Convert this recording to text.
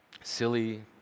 Silly